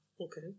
okay